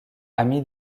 ami